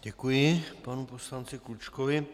Děkuji panu poslanci Klučkovi.